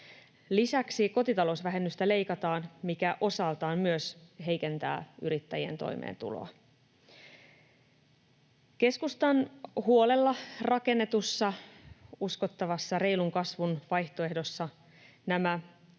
Lisäksi kotitalousvähennystä leikataan, mikä myös osaltaan heikentää yrittäjien toimeentuloa. Keskustan huolella rakennetussa, uskottavasssa reilun kasvun vaihtoehdossa nämä